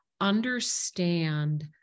understand